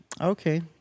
okay